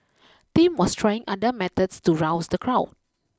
Tim was trying other methods to rouse the crowd